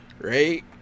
right